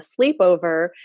sleepover